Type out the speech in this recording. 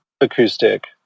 acoustic